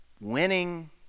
winning